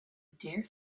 dare